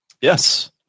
Yes